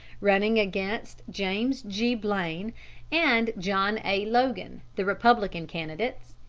running against james g. blaine and john a. logan, the republican candidates,